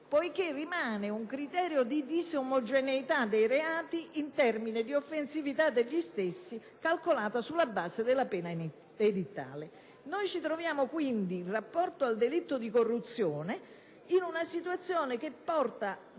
poiché rimane un criterio di disomogeneità dei reati in termini di offensività degli stessi calcolato sulla base della pena edittale. Noi ci troviamo quindi, in rapporto al delitto di corruzione, in una situazione che porta